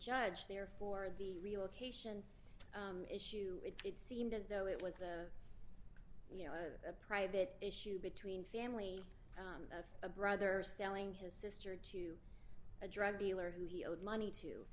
judge therefore the relocation issue it seemed as though it was a you know a private issue between family of a brother selling his sister a drug dealer who he owed money to